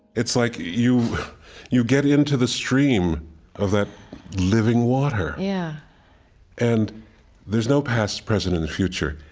it's like you you get into the stream of that living water. yeah and there's no past, present, and future.